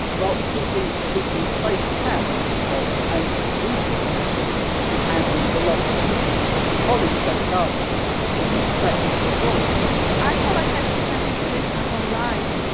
well, we've been keeping close tabs on how a group of listeners is handling the lockdown and holly scott-gardner isn't fazed at all scott-gardner i feel like i've been prepping for this my whole life.